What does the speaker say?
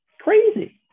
crazy